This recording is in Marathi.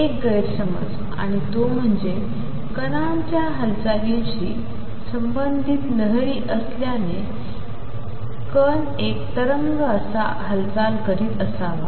एक गैरसमज आणि तो म्हणजे कणांच्या हालचालींशी संबंधित लहरीं असल्याने कण एक तरंग असा हालचाल करत असावा